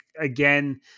again